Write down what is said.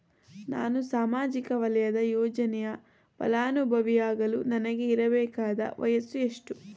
ನಾನು ಸಾಮಾಜಿಕ ವಲಯದ ಯೋಜನೆಯ ಫಲಾನುಭವಿಯಾಗಲು ನನಗೆ ಇರಬೇಕಾದ ವಯಸ್ಸುಎಷ್ಟು?